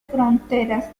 fronteras